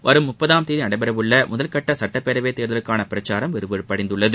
வரும் முப்பதாம் தேதி நடைபெறவுள்ள முதல் கட்ட சட்டப்பேரவைத் தேர்தலுக்கான பிரச்சாரம் விறுவிறுப்படைந்துள்ளது